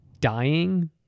dying